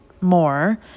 more